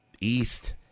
east